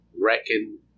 Reckon